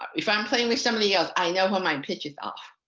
if i'm playing with somebody else i know when my pitch is off.